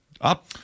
Up